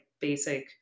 basic